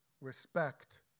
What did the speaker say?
Respect